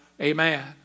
Amen